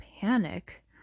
panic